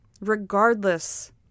regardless